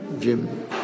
Jim